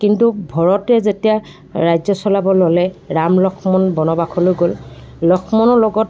কিন্তু ভৰতে যেতিয়া ৰাজ্য চলাব ল'লে ৰাম লক্ষ্মণ বনবাসলৈ গ'ল লক্ষ্মণৰ লগত